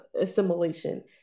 assimilation